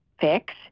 fix